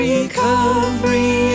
Recovery